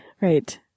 Right